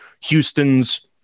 Houston's